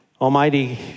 Almighty